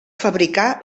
fabricar